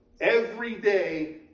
Everyday